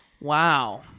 Wow